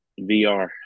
VR